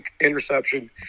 interception